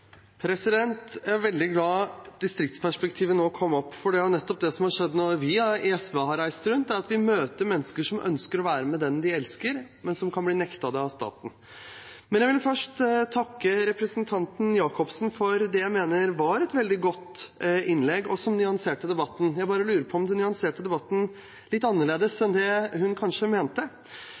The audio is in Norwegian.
Jeg er veldig glad distriktsperspektivet nå kom opp, for nettopp det som har skjedd når vi i SV har reist rundt, er at vi møter mennesker som ønsker å være med den de elsker, men som kan bli nektet det av staten. Jeg vil først takke representanten Jacobsen for det jeg mener var et veldig godt innlegg, og som nyanserte debatten. Jeg bare lurer på om det nyanserte debatten litt annerledes enn det hun kanskje mente.